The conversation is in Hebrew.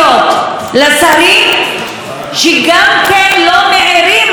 לשרים, שגם כן לא מעירים אפילו?